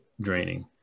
draining